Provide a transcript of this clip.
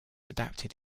adapted